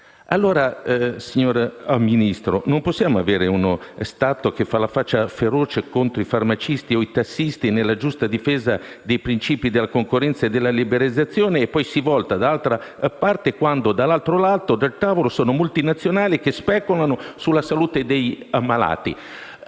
Signor Ministro, non possiamo avere uno Stato che fa la faccia feroce contro i farmacisti o i tassisti nella giusta difesa dei principi della concorrenza e della liberalizzazione e poi si volta dall'altra parte quando dall'altro lato del tavolo ci sono multinazionali che speculano sulla salute degli ammalati.